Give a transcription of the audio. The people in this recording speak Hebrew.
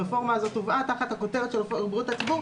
הרפורמה הזאת הובאה תחת הכותרת של בריאות הציבור.